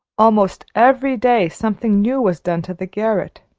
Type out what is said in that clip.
almost every day something new was done to the garret.